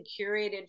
curated